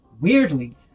Weirdly